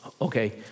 Okay